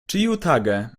ĉiutage